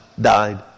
died